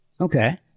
Okay